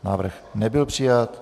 Návrh nebyl přijat.